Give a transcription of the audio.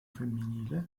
femminile